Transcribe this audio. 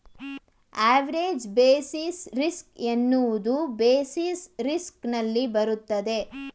average basis risk ಎನ್ನುವುದು basis risk ನಲ್ಲಿ ಬರುತ್ತದೆ